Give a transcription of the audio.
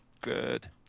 good